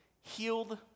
healed